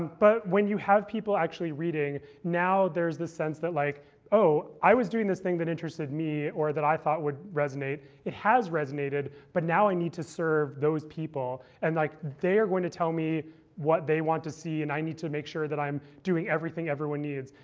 but when you have people actually reading, now there's this sense that, like oh, i was doing this thing that interested me or that i thought would resonate. it has resonated. but now i need to serve those people, and like they are going to tell me what they want to see. and i need to make sure that i'm doing everything everyone needs.